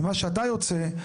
ממה שאתה יוצא.